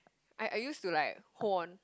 I I used to like hold on